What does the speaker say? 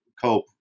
cope